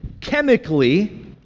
chemically